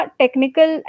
technical